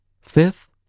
Fifth